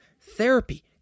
Therapy